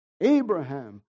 Abraham